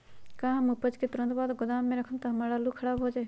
का हम उपज के तुरंत बाद गोदाम में रखम त हमार आलू खराब हो जाइ?